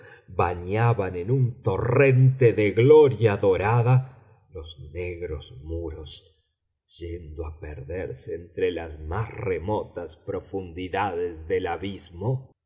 bañaban en un torrente de gloria dorada los negros muros yendo a perderse entre las más remotas profundidades del